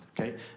okay